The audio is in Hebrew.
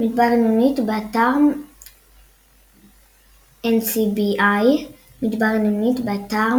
מדברית עינונית, באתר NCBI מדברית עינונית, באתר